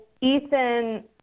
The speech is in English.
Ethan